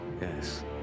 Yes